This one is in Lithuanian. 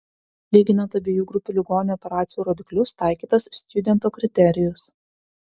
lyginant abiejų grupių ligonių operacijų rodiklius taikytas stjudento kriterijus